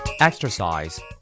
Exercise